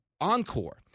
Encore